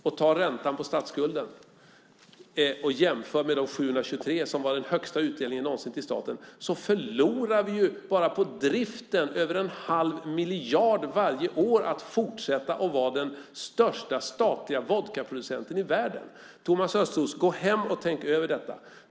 Om vi då jämför räntan på statsskulden med de 723 miljonerna, som alltså var den högsta utdelningen någonsin till staten, förlorar vi enbart på driften över 1⁄2 miljard varje år genom att fortsätta att vara den största statliga vodkaproducenten i världen. Thomas Östros, gå hem och tänk över detta!